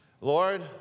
Lord